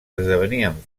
esdevenien